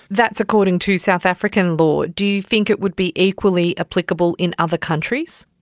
that's according to south african law. do you think it would be equally applicable in other countries?